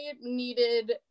needed